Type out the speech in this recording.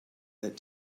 that